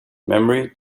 memory